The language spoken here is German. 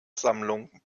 sammlung